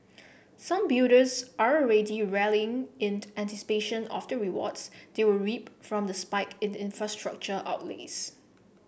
some builders are already rallying in anticipation of the rewards they will reap from the spike in infrastructure outlays